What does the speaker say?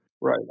Right